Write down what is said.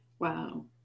Wow